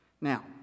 Now